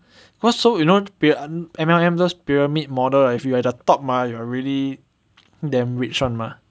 what's so you know M_L_M just pyramid model if you are the top ah you are really damn rich [one] mah